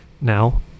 now